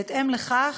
בהתאם לכך,